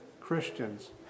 Christians